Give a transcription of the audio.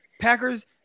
Packers